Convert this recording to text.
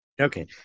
Okay